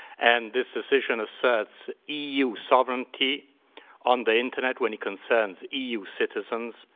and this decision asserts eu sovereignty on the internet when it concerns eu citizens,